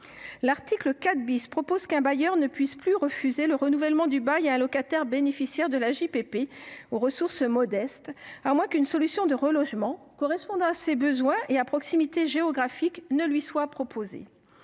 l’article 4, un bailleur ne peut plus refuser le renouvellement du bail à un locataire bénéficiaire de l’AJPP aux ressources modestes, à moins qu’une solution de relogement, correspondant à ses besoins et à proximité géographique, ne lui soit proposée.